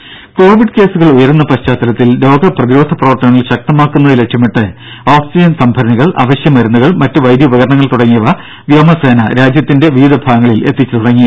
ദേദ കോവിഡ് കേസുകൾ ഉയരുന്ന പശ്ചാത്തലത്തിൽ രോഗപ്രതിരോധ പ്രവർത്തനങ്ങൾ ശക്തമാക്കുന്നത് ലക്ഷ്യമിട്ട് ഓക്സിജൻ സംഭരണികൾ അവശ്യ മരുന്നുകൾ മറ്റു വൈദ്യ ഉപകരണങ്ങൾ തുടങ്ങിയവ വ്യോമസേന രാജ്യത്തിന്റെ വിവിധ ഭാഗങ്ങളിൽ എത്തിച്ചു തുടങ്ങി